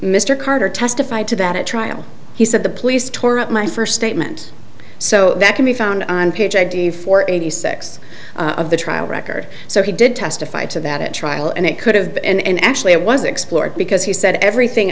mr carter testified to that at trial he said the police tore up my first statement so that can be found on page id four eighty six of the trial record so he did testify to that it trial and it could have been actually it was explored because he said everything